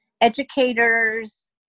educators